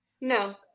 no